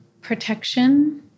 protection